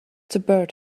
sobered